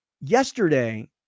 Yesterday